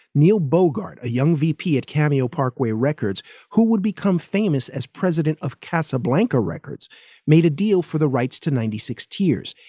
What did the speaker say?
neil bogart a young v p. at cameo parkway records who would become famous as president of casablanca records made a deal for the rights to ninety six tears.